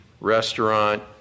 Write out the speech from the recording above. restaurant